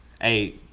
Hey